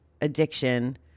addiction